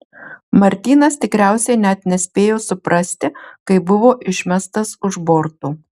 martynas tikriausiai net nespėjo suprasti kai buvo išmestas už borto